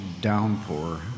downpour